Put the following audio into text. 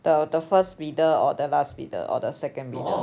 the the first bidder or the last bidder or the second bidder